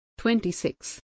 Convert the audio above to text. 26